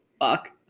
Fuck